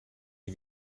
die